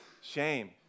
Shame